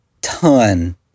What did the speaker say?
ton